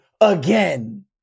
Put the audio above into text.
again